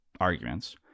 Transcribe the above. arguments